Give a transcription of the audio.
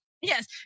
yes